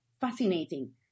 fascinating